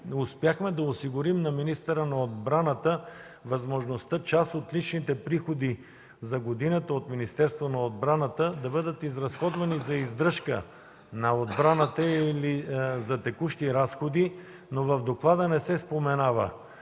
успяхме да осигурим на министъра на отбраната възможността част от личните приходи за годината от Министерството на отбраната да бъдат изразходвани за издръжка на отбраната или за текущи разходи, но в доклада не се споменава